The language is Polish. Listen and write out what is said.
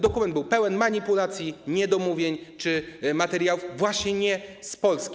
Dokument był pełen manipulacji, niedomówień czy materiałów właśnie nie z Polski.